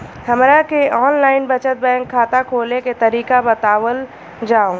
हमरा के online बचत बैंक खाता खोले के तरीका बतावल जाव?